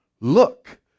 Look